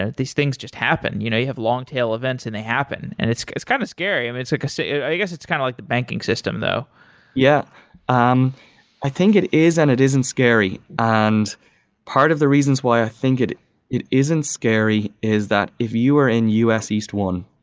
ah these things just happen. you know you have long-tail events and they happen. and it's it's kind of scary. and like so i guess, it's kind of like the banking system though yeah um i think it is and it isn't scary. and part of the reasons why i think it it isn't scary is that if you are in us east one,